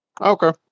Okay